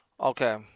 Okay